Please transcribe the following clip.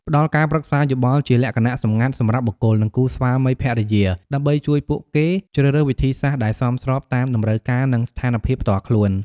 ផ្ដល់ការប្រឹក្សាយោបល់ជាលក្ខណៈសម្ងាត់សម្រាប់បុគ្គល និងគូស្វាមីភរិយា ដើម្បីជួយពួកគេជ្រើសរើសវិធីសាស្ត្រដែលសមស្របតាមតម្រូវការ និងស្ថានភាពផ្ទាល់ខ្លួន ។